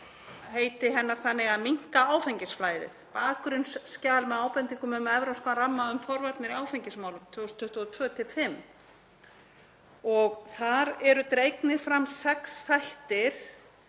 heiti hennar þannig: Að minnka áfengisflæðið, bakgrunnsskjal með ábendingum um evrópskan ramma um forvarnir í áfengismálum 2022–2025. Þar eru dregnir fram sex þættir